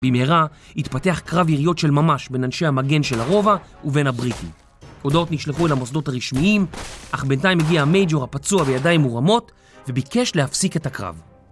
במהרה התפתח קרב יריות של ממש בין אנשי המגן של הרובע ובין הבריטים הודעות נשלחו אל המוסדות הרשמיים אך בינתיים הגיע המייג'ור הפצוע בידיים מורמות וביקש להפסיק את הקרב